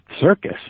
circus